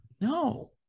no